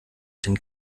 den